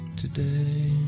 today